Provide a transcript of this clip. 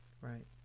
Right